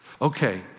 Okay